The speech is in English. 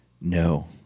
No